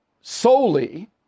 solely